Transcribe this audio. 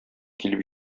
килеп